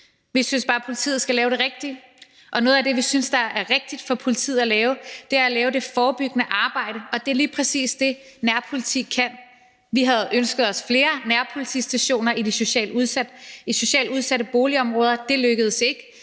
Vi synes bare, at politiet skal lave det rigtige, og noget af det, vi synes er rigtigt for politiet at lave, er at lave det forebyggende arbejde, og det er lige præcis det, et nærpoliti kan. Vi havde ønsket os flere nærpolitistationer i socialt udsatte boligområder. Det lykkedes ikke,